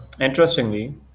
interestingly